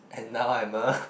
and now I'm a